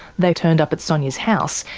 they turned up at sonia's house,